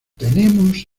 tenemos